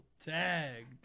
Tag